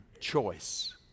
choice